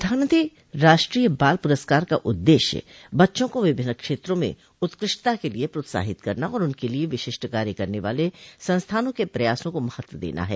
प्रधानमंत्री राष्ट्रीय बाल पुरस्कार का उद्देश्य बच्चों को विभिन्न क्षेत्रों में उत्कृष्टता के लिए प्रोत्साहित करना और उनके लिए विशिष्ट कार्य करने वाले संस्थानों के प्रयासों को महत्व देना है